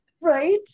Right